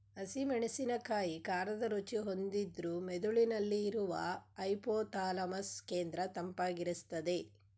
ಹಸಿ ಮೆಣಸಿನಕಾಯಿ ಖಾರದ ರುಚಿ ಹೊಂದಿದ್ರೂ ಮೆದುಳಿನಲ್ಲಿ ಇರುವ ಹೈಪೋಥಾಲಮಸ್ ಕೇಂದ್ರ ತಂಪಾಗಿರ್ಸ್ತದೆ